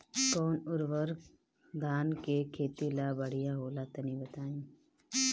कौन उर्वरक धान के खेती ला बढ़िया होला तनी बताई?